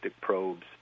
probes